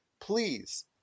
please